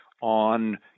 on